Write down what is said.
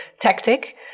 tactic